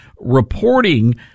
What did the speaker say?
reporting